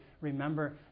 remember